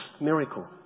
miracle